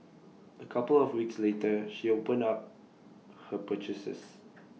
A couple of weeks later she opened up her purchases